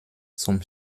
zum